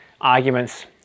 arguments